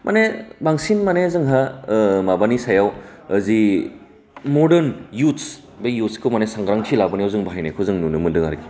माने बांसिन माने जोंहा ओ माबानि सायाव जि मडर्न इउथ्स बे इउथ्सखौ माने जों सांग्रांथि लाबोनायाव जों बाहायनायखौ जों नुनो मोन्दों आरखि